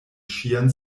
ŝian